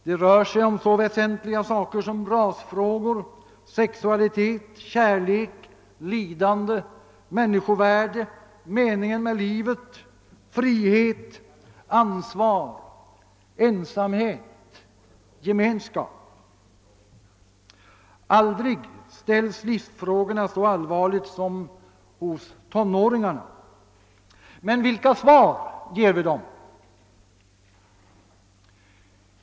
De rör sig om så väsentliga saker som rasfrågor, sexualitet, kärlek, lidande, människovärde, meningen med livet, frihet, ansvar, ensamhet och gemenskap. Av inga ställs livsfrågorna så allvarligt som av tonåringar. Men vilka svar ger vi dem?